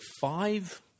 five